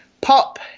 pop